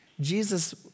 Jesus